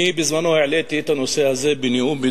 אני בזמנו העליתי את הנושא הזה בנאום בן